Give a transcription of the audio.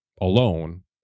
alone